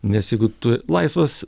nes jeigu tu laisvas